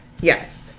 Yes